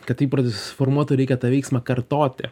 kad įprotis susiformuotų reikia tą veiksmą kartoti